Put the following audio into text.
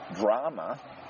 drama